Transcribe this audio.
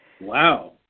Wow